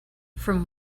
from